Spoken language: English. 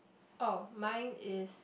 oh mine is